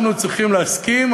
אנחנו צריכים להסכים,